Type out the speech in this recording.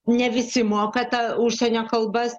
ne visi moka tą užsienio kalbas